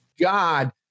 God